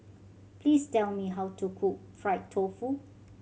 please tell me how to cook fried tofu